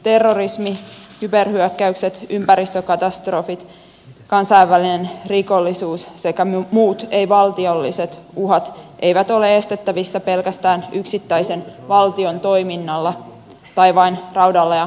terrorismi kyberhyökkäykset ympäristökatastrofit kansainvälinen rikollisuus sekä muut ei valtiolliset uhat eivät ole estettävissä pelkästään yksittäisen valtion toiminnalla tai vain raudalla ja miesvoimalla